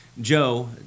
Joe